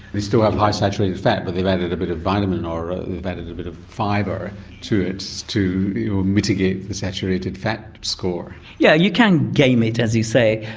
they still have high saturated fat but they've added a bit of vitamin or they've added a bit of fibre to it to mitigate the saturated fat score. yeah, you can game it as you say,